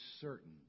certain